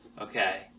okay